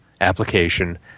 application